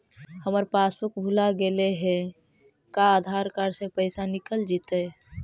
हमर पासबुक भुला गेले हे का आधार कार्ड से पैसा निकल जितै?